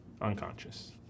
unconscious